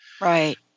Right